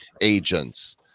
agents